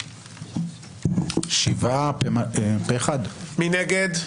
שבעה, מי נגד?